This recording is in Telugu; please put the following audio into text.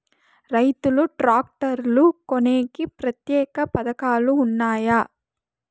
రైతులు ట్రాక్టర్లు కొనేకి ప్రత్యేక పథకాలు ఉన్నాయా?